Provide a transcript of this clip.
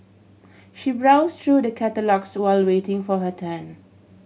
she browse through the catalogues while waiting for her turn